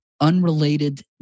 unrelated